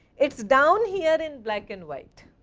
it is down here in black and white,